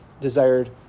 desired